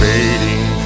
Fading